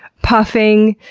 puffing,